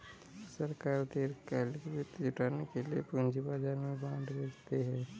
सरकार दीर्घकालिक वित्त जुटाने के लिए पूंजी बाजार में बॉन्ड बेचती है